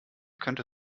könnte